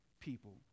people